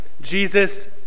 Jesus